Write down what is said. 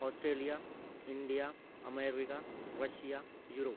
Australia India America Russia Europe